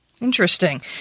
Interesting